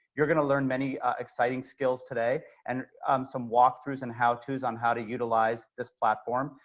you're going to learn many exciting skills today and some walkthrough and how tos on how to utilize this platform.